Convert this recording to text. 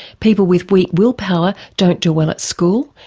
people with weak willpower don't do well at school,